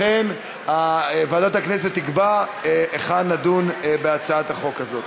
לכן, ועדת הכנסת תקבע היכן נדון בהצעת החוק הזאת.